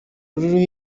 ruriho